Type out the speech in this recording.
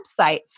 websites